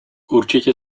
určitě